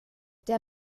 der